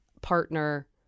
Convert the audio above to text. partner